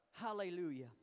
hallelujah